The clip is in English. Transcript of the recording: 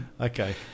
Okay